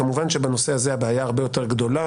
כמובן שבנושא הזה הבעיה הרבה יותר גדולה,